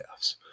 playoffs